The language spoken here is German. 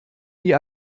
die